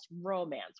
Romance